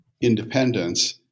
independence